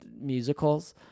musicals